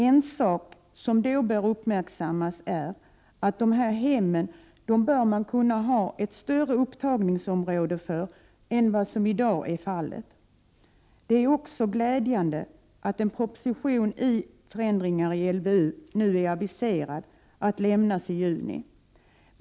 En sak som då bör uppmärksammas är att det för dessa hem bör finnas ett större upptagningsområde än som i dag är fallet. Det är också glädjande att en proposition om förändringar i LVU nu är aviserad, vilken skall avlämnas i juni.